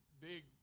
big